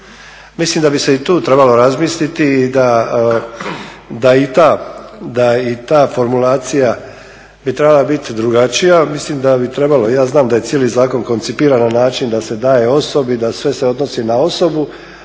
Mislim da bi se i tu trebalo razmisliti da i ta formulacija bi trebala biti drugačija, mislim da bi trebalo ja znam da je cijeli zakon koncipiran na način da se daje osobi da se sve odnosi na osobu,